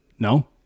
No